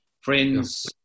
friends